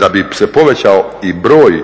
da bi se povećao i broj